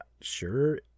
sure